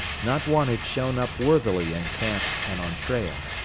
not one had shown up worthily in camp and on trail.